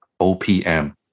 OPM